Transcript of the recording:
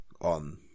on